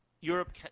Europe